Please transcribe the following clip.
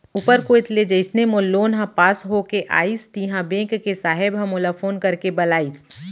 ऊपर कोइत ले जइसने मोर लोन ह पास होके आइस तिहॉं बेंक के साहेब ह मोला फोन करके बलाइस